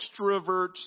extroverts